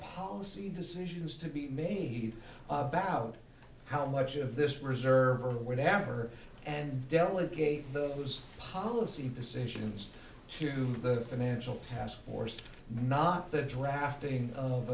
policy decisions to be made about how much of this reserve or whatever and delegate those policy decisions to the financial task force not the drafting of